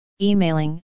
emailing